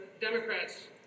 Democrats